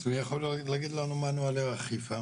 אז מי יכול להגיד לנו מה נוהלי האכיפה?